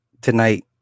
Tonight